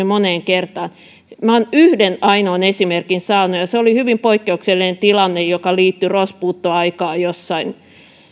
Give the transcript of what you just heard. moneen kertaan minä olen yhden ainoan esimerkin saanut ja se oli hyvin poikkeuksellinen tilanne joka liittyi rospuuttoaikaan jossain